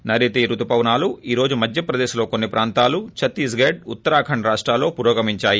నైరుతి రుతు పవనాలు ఈ రోజు మధ్యప్రదేశ్ లో కొన్ని ప్రాంతాలు ఛత్తీస్గడ్ ఉత్తరాఖండ్ రాష్టాల్లో పురోగమించాయి